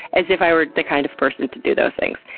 as if i were the kind of person to do those things.